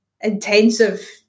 intensive